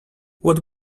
what